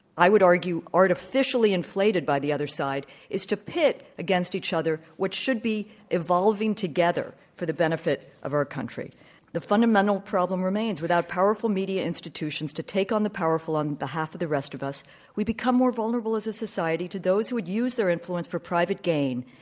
i would argue, artificially inflated by the other side, is to pit against each other what should be evolving together for the benefit of our country. so the fundamental problem remains. without powerful media institutions to take on the powerful on behalf of the rest of us we become more vulnerable as a society to those who would use their influence for private gain,